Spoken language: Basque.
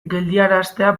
geldiaraztea